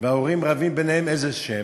וההורים רבים ביניהם, איזה שם,